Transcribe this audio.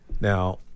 Now